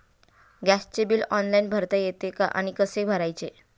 गॅसचे bill online भरता येते का आणि कसे भरायचे?